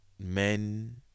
Men